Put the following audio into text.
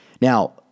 Now